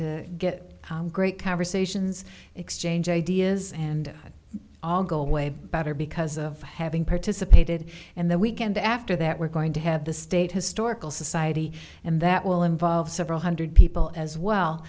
to get great conversations exchange ideas and all go away better because of having participated in the weekend after that we're going to have the state historical society and that will involve several hundred people as well